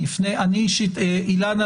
אני אישית אילנה,